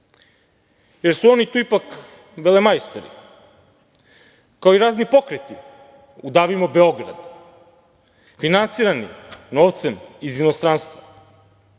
jer su oni tu ipak velemajstori, kao i razni pokreti udavimo Beograd, finansirani novcem iz inostranstva. Ali,